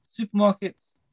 Supermarkets